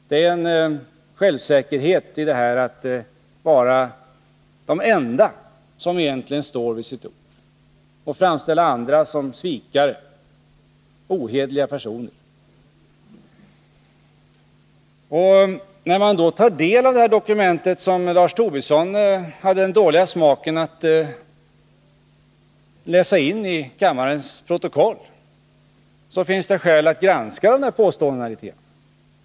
Det finns en självsäkerhet i detta att påstå sig vara de enda som egentligen står vid sitt ord och framställa andra som svikare och ohederliga personer. När man tar del av detta dokument — den s.k. vitboken — som Lars Tobisson läste in delar av till kammarens protokoll, finns det skäl att granska påståendena något.